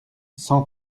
cent